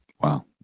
Wow